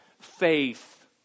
faith